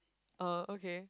uh okay